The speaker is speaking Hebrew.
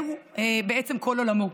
בעצם, הם כל עולמו.